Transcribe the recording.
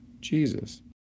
Jesus